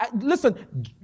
listen